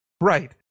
Right